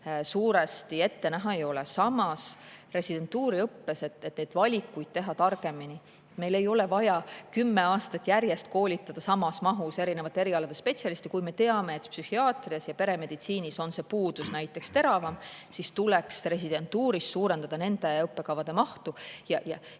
suuresti ette näha ei ole. Samas, residentuuriõppes, et valikuid teha targemini, meil ei ole vaja kümme aastat järjest koolitada samas mahus erinevate erialade spetsialiste. Kui me teame, et näiteks psühhiaatrias ja peremeditsiinis on puudus teravam, siis tuleks residentuuris suurendada nende õppekavade mahtu. Tegelikult